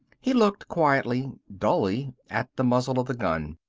he looked quietly dully at the muzzle of the gun.